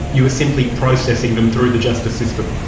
you were simply processing them through the justice system?